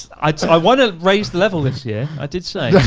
i want to raise the level this year. i did say.